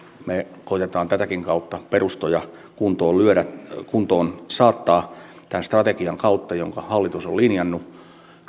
me koetamme perustoja kuntoon saattaa tämän strategiankin kautta jonka hallitus on linjannut